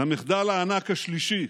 המחדל הענק השלישי,